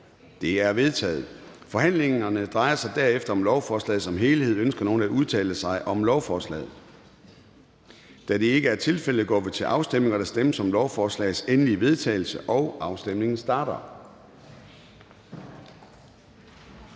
(Søren Gade): Forhandlingen drejer sig derefter om lovforslaget som helhed. Ønsker nogen at udtale sig om lovforslaget? Da det ikke er tilfældet, går vi til afstemning. Kl. 09:28 Afstemning Formanden (Søren Gade): Der stemmes om lovforslagets endelige vedtagelse, og afstemningen starter.